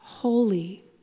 Holy